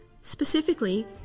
Specifically